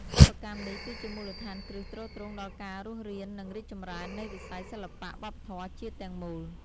សិប្បកម្មនេះគឺជាមូលដ្ឋានគ្រឹះទ្រទ្រង់ដល់ការរស់រាន និងរីកចម្រើននៃវិស័យសិល្បៈវប្បធម៌ជាតិទាំងមូល។